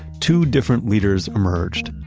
two different leaders emerged.